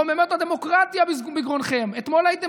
רוממות הדמוקרטיה בגרונכם.